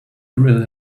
drill